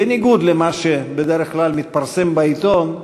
בניגוד למה שבדרך כלל מתפרסם בעיתון,